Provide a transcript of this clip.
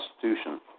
Constitution